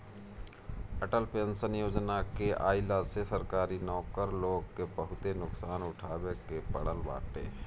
Atal pension योजना के आईला से सरकारी नौकर लोग के बहुते नुकसान उठावे के पड़ल बाटे